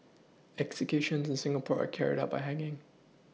executions in Singapore are carried out by hanging